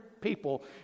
people